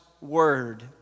word